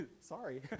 Sorry